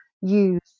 use